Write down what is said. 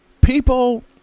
people